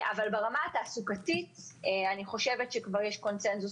אבל ברמה של התעסוקה אני חושבת שיש כבר קונצנזוס